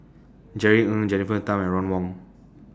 Jerry Ng Jennifer Tham and Ron Wong